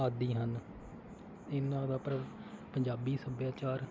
ਆਦਿ ਹਨ ਇਹਨਾਂ ਦਾ ਭਰਾ ਪੰਜਾਬੀ ਸੱਭਿਆਚਾਰ